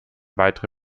weitere